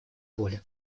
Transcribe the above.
воля